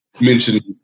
mentioned